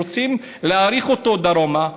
שרוצים להאריך אותו דרומה,